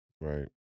right